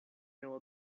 know